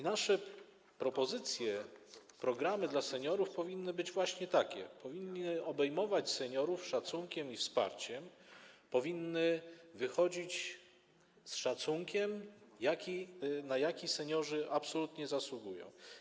Nasze propozycje, programy dla seniorów powinny być właśnie takie, powinny obejmować seniorów szacunkiem i wsparciem, powinny wychodzić z szacunkiem, na jaki seniorzy absolutnie zasługują.